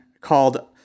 called